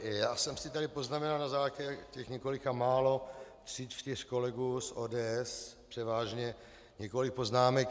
Já jsem si tady poznamenal na základě několika málo, tří čtyř kolegů, z ODS převážně, několik poznámek.